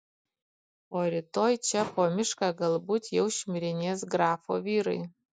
o rytoj čia po mišką galbūt jau šmirinės grafo vyrai